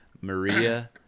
Maria